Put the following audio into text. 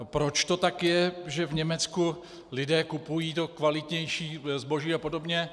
Proč to tak je, že v Německu lidé kupují to kvalitnější zboží a podobně?